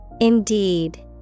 Indeed